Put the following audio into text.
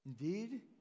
Indeed